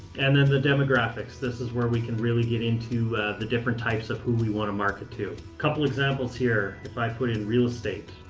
and then the demographics. this is where we can really get into the different types of who we want to market to. couple examples here, if i put in real estate,